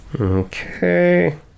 Okay